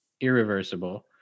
irreversible